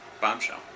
Bombshell